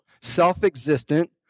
self-existent